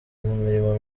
imirimo